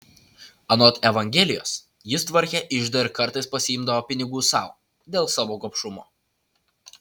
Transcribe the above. anot evangelijos jis tvarkė iždą ir kartais pasiimdavo pinigų sau dėl savo gobšumo